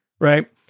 right